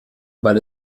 weil